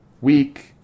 week